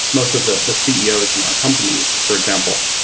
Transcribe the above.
most of the the ceos in our companies, for example,